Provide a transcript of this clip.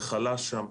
וחלה שם.